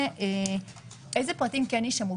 ואיזה פרטים יישמרו?